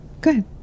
Good